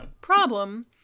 Problem